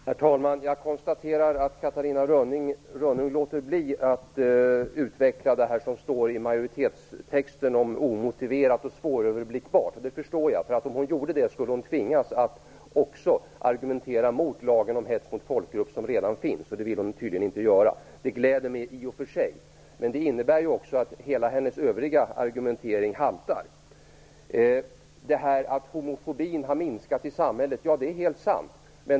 Herr talman! Jag konstaterar att Catarina Rönnung låter bli att utveckla det som står i majoritetstexten om "omotiverat och svåröverblickbart". Jag förstår det, för om hon gjorde det, skulle hon tvingas att också argumentera mot den lag om hets mot folkgrupp som redan finns. Det vill hon tydligen inte göra. Det gläder mig i och för sig. Men det innebär också att hela hennes övriga argumentering haltar. Att homofobin har minskat i samhället är sant.